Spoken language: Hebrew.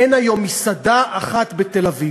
אין היום מסעדה אחת בתל-אביב,